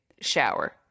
shower